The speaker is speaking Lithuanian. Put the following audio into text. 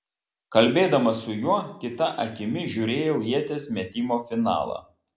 kalbėdama su juo kita akimi žiūrėjau ieties metimo finalą